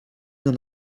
nur